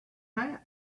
hat